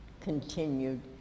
continued